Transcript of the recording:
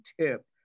tip